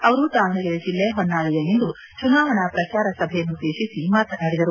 ಅವರು ದಾವಣಗೆರೆ ಜಿಲ್ಲೆ ಹೊನ್ನಾಳಿಯಲ್ಲಿಂದು ಚುನಾವಣಾ ಪ್ರಚಾರ ಸಭೆಯನ್ನುದ್ದೇಶಿಸಿ ಮಾತನಾಡಿದರು